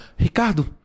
Ricardo